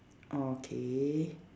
okay